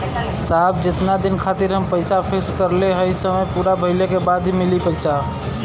साहब जेतना दिन खातिर हम पैसा फिक्स करले हई समय पूरा भइले के बाद ही मिली पैसा?